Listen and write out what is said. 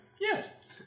Yes